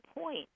point